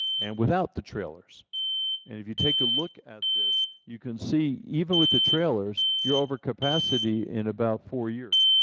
and without the trailers, and if you take a look at this you can see even with the trailers you're over capacity in about four years.